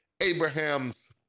Abraham's